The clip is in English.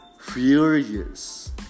furious